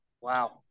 Wow